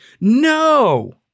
No